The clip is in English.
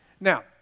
Now